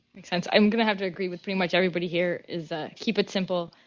makes sense. i'm going to have to agree with pretty much everybody here is ah keep it simple,